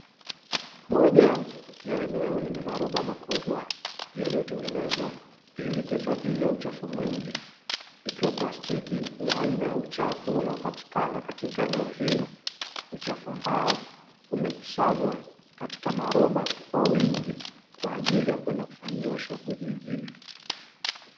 Moja ya eneo lenye maroba makubwa yakiyotengenezwa ili kuhifadhia uchafu mwingi, ikiwa plastiki ni aina ya uchafu unaopatikana katika eneo hilo. Uchafu ambao umekusanywa katika maroba kwa wingi, kwa ajili ya kwenda kufanyiwa shughuli nyingine.